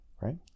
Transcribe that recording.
Right